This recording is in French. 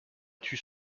tue